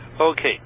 Okay